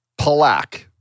Palak